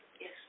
Yes